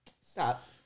Stop